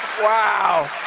wow!